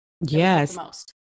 Yes